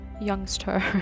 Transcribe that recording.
youngster